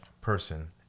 person